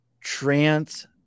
trans